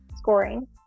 scoring